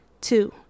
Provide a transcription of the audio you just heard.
Two